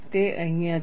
તે અહિયાં છે